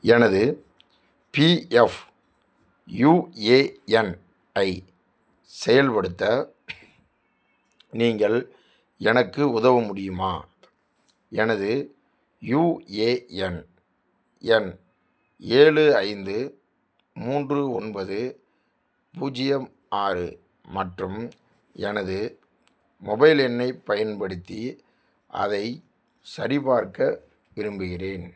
எனது PF UAN ஐ செயல்படுத்த நீங்கள் எனக்கு உதவ முடியுமா எனது யுஏஎன் எண் ஏழு ஐந்து மூன்று ஒன்பது பூஜ்யம் ஆறு மற்றும் எனது மொபைல் எண்ணைப் பயன்படுத்தி அதை சரிபார்க்க விரும்புகிறேன்